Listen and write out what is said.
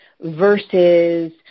versus